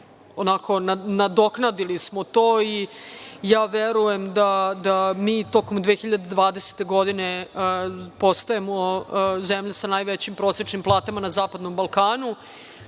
onako, nadoknadili smo to, i ja verujem da mi tokom 2020. godine postajemo zemlja sa najvećim prosečnim platama na zapadnom Balkanu. Dakle,